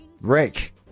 Rick